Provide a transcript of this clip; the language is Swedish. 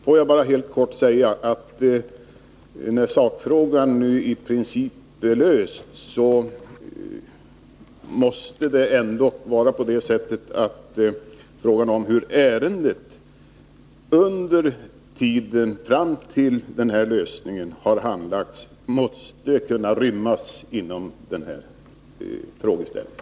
Får jag bara helt kort säga att det, fastän sakfrågan nu i princip är löst, ändå måste vara tillåtet att diskutera hur ärendet har handlagts under tiden fram till denna lösning.